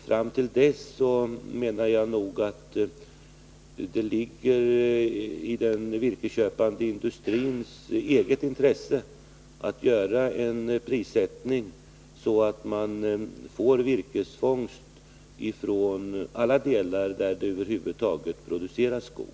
Fram till dess menar jag nog att det ligger i den virkesköpande industrins eget intresse att prissättningen blir sådan att man får virkesfångst från alla delar av landet där det över huvud taget produceras skog.